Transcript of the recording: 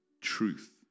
truth